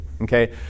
Okay